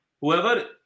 Whoever